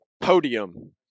podium